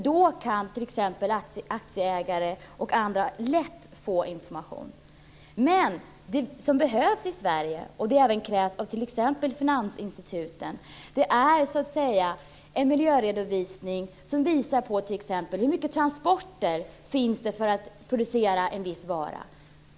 Då kan t.ex. aktieägare och andra lätt få information. Men det som behövs i Sverige, och det har krävts av t.ex. finansinstituten, är en miljöredovisning som visar på t.ex. hur mycket transporter det krävs för att producera en viss vara.